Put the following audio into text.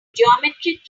geometric